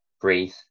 breathe